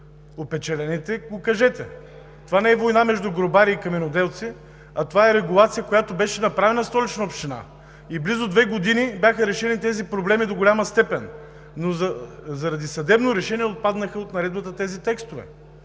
опечалените, кажете го. Това не е война между гробари и каменоделци, а това е регулация, която беше направена от Столична община и близо две години бяха решили тези проблеми до голяма степен, но заради съдебно решение отпаднаха тези текстове